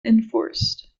enforced